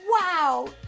Wow